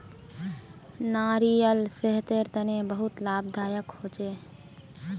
नारियाल सेहतेर तने बहुत लाभदायक होछे